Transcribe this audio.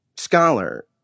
Scholar